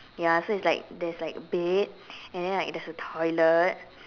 ya so it's like there's like a bed and then like there's a toilet